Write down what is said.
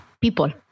people